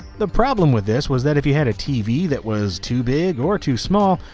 the problem with this was that if you had a tv that was too big or too small,